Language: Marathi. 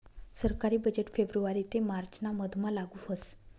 सरकारी बजेट फेब्रुवारी ते मार्च ना मधमा लागू व्हस